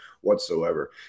whatsoever